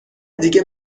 دیگه